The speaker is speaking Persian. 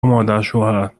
مادرشوهرتو